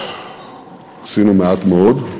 עשינו מעט מאוד,